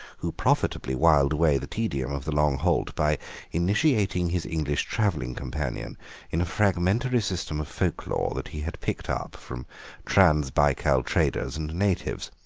who profitably whiled away the tedium of the long halt by initiating his english travelling companion in a fragmentary system of folk-lore that he had picked up from trans-baikal traders and natives.